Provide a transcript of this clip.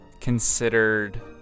considered